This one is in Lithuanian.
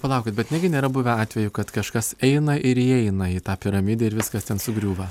palaukit bet negi nėra buvę atvejų kad kažkas eina ir įeina į tą piramidę ir viskas ten sugriūva